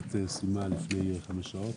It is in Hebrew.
הכנסת סיימה לפני חמש שעות.